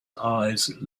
eyes